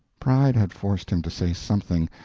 pride had forced him to say something,